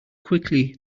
quickly